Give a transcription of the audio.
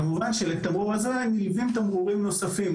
כמובן שלתמרור הזה נלווים תמרורים נוספים,